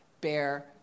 bear